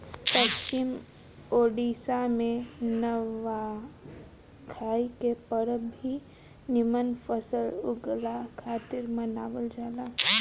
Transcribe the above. पश्चिम ओडिसा में नवाखाई के परब भी निमन फसल उगला खातिर मनावल जाला